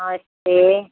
हाँ जी